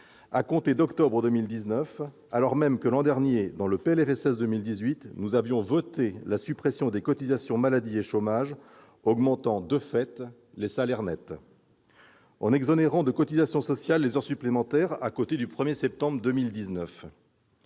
à compter d'octobre 2019, alors même que, l'an dernier, dans le PLFSS pour 2018, nous avions voté la suppression des cotisations maladie et chômage, augmentant, de fait, les salaires nets ou encore en exonérant de cotisations sociales les heures supplémentaires à compter du 1 septembre 2019.